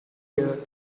dear